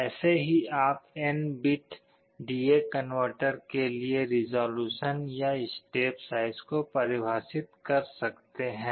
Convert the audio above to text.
ऐसे ही आप N bit D A converter के लिए रिज़ॉल्यूशन या स्टेप साइज को परिभाषित कर सकते हैं